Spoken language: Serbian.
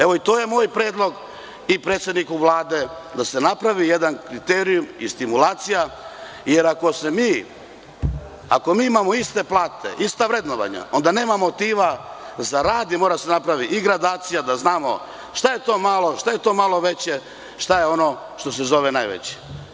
Evo i to je moj predlog i predsedniku Vlade da se napravi jedan kriterijum i stimulacija, jer ako mi imamo iste plate, ista vrednovanja onda nema motiva za rad i mora da se napravi i gradacija da znamo šta je to malo, šta je to malo veće, šta je ono što se zove najveće.